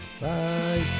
Bye